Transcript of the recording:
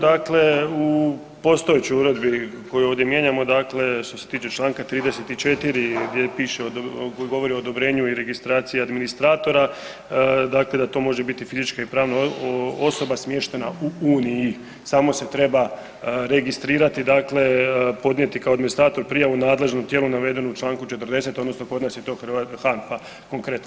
Dakle, u postojećoj uredbi koju ovdje mijenjamo, dakle što se tiče čl. 34. gdje piše kad govori o odobrenju i registraciji administratora, dakle da to može biti fizička i pravna osoba smještena u uniji, samo se treba registrirati, dakle podnijeti kao administrator prijavu nadležnom tijelu navedenom u čl. 40. odnosno kod nas je to HANFA konkretno.